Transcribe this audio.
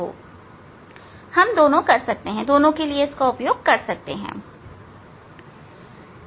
हम दोनों कर सकते हैं इस एक लेंस के लिए और फिर दूसरे लेंस के संयोजन पर भी